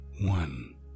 one